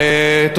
דקה.